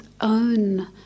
own